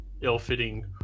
ill-fitting